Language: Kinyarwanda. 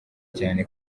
cyane